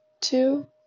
Two